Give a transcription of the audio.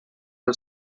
del